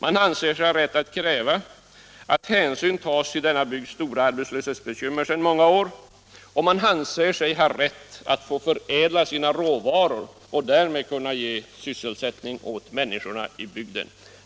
Man anser sig ha rätt att kräva att hänsyn tas till denna bygds stora arbetslöshetsbekymmer sedan många år, och man anser sig ha rätt att få förädla sina råvaror och därmed kunna ge sysselsättning åt människorna i bygden.